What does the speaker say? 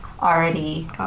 already